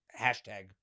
hashtag